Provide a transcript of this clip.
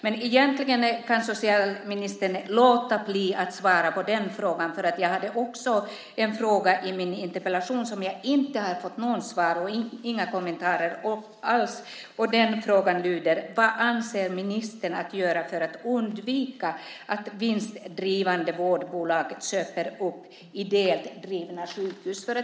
Men egentligen kan socialministern låta bli att svara på den frågan, för jag hade också en fråga i min interpellation som jag inte har fått något svar på och inga kommentarer alls till. Den frågan lyder: Vad avser ministern att göra för att undvika att vinstdrivande vårdbolag köper upp ideellt drivna sjukhus?